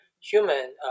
human